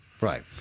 Right